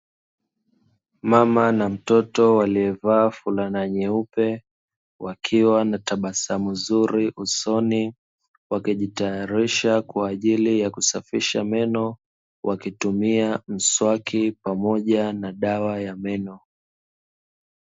Mama na mtoto waliovaa fulana nyeupe wakiwa na tabasamu zuri usoni, wakijitayarisha kwa ajili ya kusafisha meno, wakitumia mswaki pamoja na dawa ya meno.